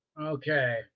Okay